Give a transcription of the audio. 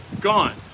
gone